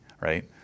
right